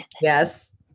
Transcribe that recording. Yes